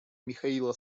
михаила